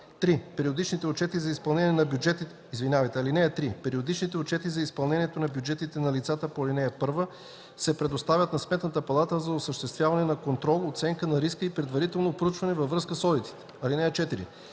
(3) Периодичните отчети за изпълнението на бюджетите на лицата по ал. 1 се предоставят на Сметната палата за осъществяване на контрол, оценка на риска и предварително проучване във връзка с одитите. (4)